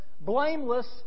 blameless